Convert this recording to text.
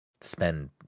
spend